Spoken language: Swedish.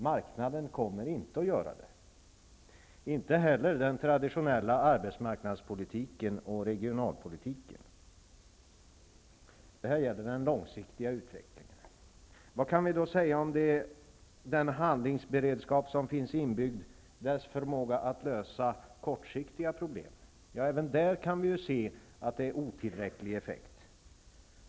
Marknaden kommer inte att göra det, inte heller den traditionella arbetsmarknadspolitiken och regionalpolitiken. Det här gäller den långsiktiga utvecklingen. Vad kan vi då säga om den handlingsberedskap som finns inbyggd och dess förmåga att lösa kortsiktiga problem? Ja, även där kan vi se att effekten är otillräcklig.